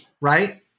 Right